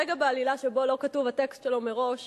הרגע בעלילה שלא כתוב הטקסט שלו מראש